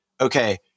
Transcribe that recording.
okay